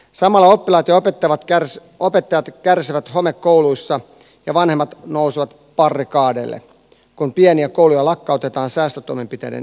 samalla oppilaat ja opettajat kärsivät homekouluissa ja vanhemmat nousevat barrikadeille kun pieniä kouluja lakkautetaan säästötoimenpiteiden seurauksena